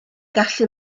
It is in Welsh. gallu